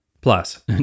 Plus